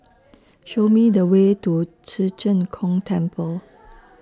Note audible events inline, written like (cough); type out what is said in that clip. (noise) Show Me The Way to Ci Zheng Gong Temple